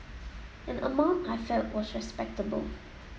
an amount I felt was respectable